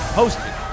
hosted